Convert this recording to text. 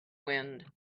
wind